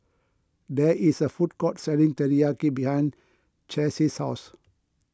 there is a food court selling Teriyaki behind Chase's house